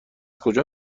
کجا